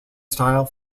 style